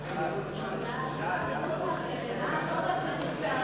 חוק שמירת הניקיון